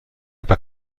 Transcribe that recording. aber